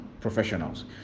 professionals